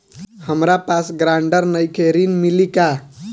हमरा पास ग्रांटर नईखे ऋण मिली का?